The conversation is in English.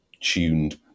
tuned